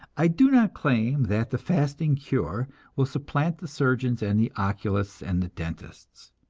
i do not claim that the fasting cure will supplant the surgeons and the oculists and the dentists.